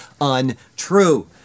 untrue